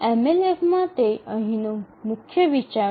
એમએલએફમાં તે અહીંનો મુખ્ય વિચાર છે